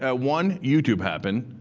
ah one, youtube happened.